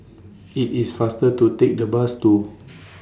IT IS faster to Take The Bus to